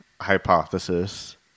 hypothesis